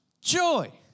joy